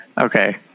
Okay